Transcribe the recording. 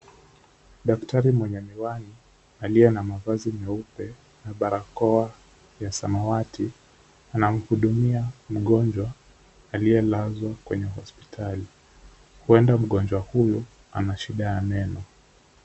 Daktari mwenye miwani, aliye na mavazi meupe na barakoa ya samawati anamhudumua mgonjwa aliyelazwa kwenye hospitali . Huenda mgoonjwa huyu ana shida ya meno.